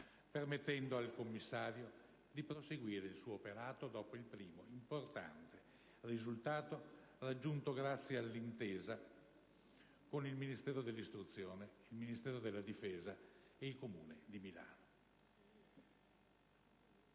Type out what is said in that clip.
permettendo al commissario di proseguire il suo operato dopo il primo, importante risultato raggiunto grazie all'intesa con il Ministero dell'istruzione, il Ministero della difesa e il Comune di Milano.